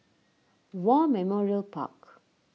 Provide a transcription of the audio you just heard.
War Memorial Park